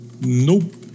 Nope